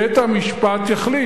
בית-המשפט יחליט.